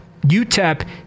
UTEP